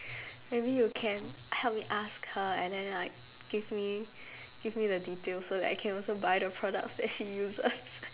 maybe you can help me ask her and then like give me give me the details so that I can also buy the products that she uses